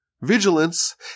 vigilance